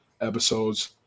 episodes